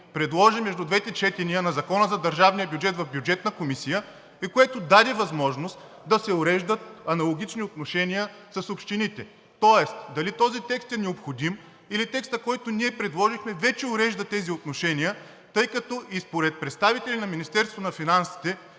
предложи между двете четения на Закона за държавния бюджет в Бюджетната комисия и което даде възможност да се уреждат аналогични отношения с общините. Тоест дали този текст е необходим или текста, който ние предложихме, вече урежда тези отношения, тъй като и според представители на Министерството на финансите